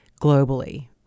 globally